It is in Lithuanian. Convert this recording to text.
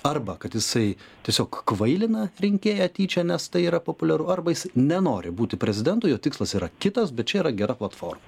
arba kad jisai tiesiog kvailina rinkėją tyčia nes tai yra populiaru arba jis nenori būti prezidentu jo tikslas yra kitas bet čia yra gera platforma